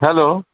hello